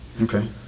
Okay